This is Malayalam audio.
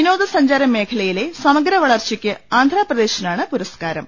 വിനോദ സഞ്ചാര മേഖലയിലെ സമഗ്ര വളർച്ചയ്ക്ക് ആന്ധ്രാപ്രദേശിനാണ് പുരസ്കാരം